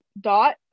dot